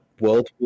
World